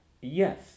Yes